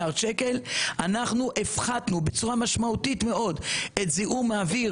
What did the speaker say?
אנחנו הפחתנו בצורה משמעותית מאוד את זיהום האוויר